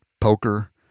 poker